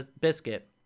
Biscuit